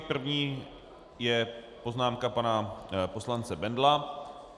První je poznámka pana poslance Bendla.